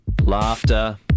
laughter